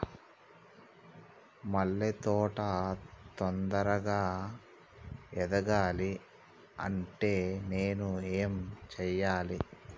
మల్లె తోట తొందరగా ఎదగాలి అంటే నేను ఏం చేయాలి?